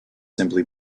simply